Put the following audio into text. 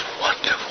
wonderful